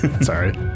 Sorry